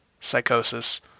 psychosis